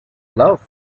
love